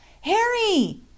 Harry